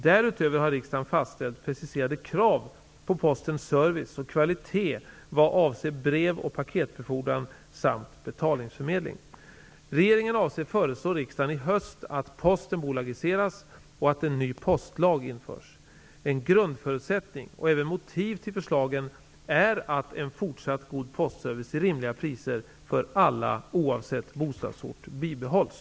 Därutöver har riksdagen fastställt preciserade krav på Postens service och kvalitet vad avser brev och paketbefordran samt betalningsförmedling. Regeringen avser att föreslå riksdagen i höst att Posten bolagiseras och att en ny postlag införs. En grundförutsättning och även motiv till förslagen är att en fortsatt god postservice till rimliga priser för alla oavsett bostadsort bibehålls.